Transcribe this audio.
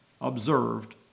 observed